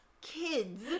kids